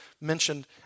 mentioned